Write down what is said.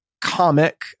comic